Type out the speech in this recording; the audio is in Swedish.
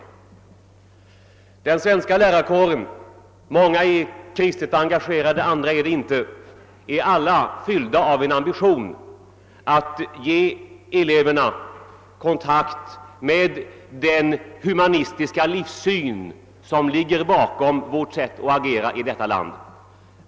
Medlemmarna av den svenska lärarkåren — många är kristet engagerade — är alla fyllda av en ambition att ge eleverna kontakt med den humanistiska livssyn som ligger bakom vårt sätt att agera i detta land.